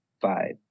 five